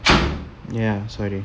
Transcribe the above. ya sorry